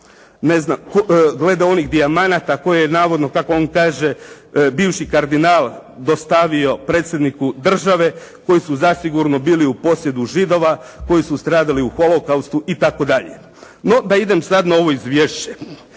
ne znam, glede onih dijamanata koje je navodno kako on kaže bivši kardinal dostavio Predsjedniku države koji su zasigurno bili u posjedu Židova koji su stradali u holokaustu i tako dalje. No da idem sad na ovo izvješće.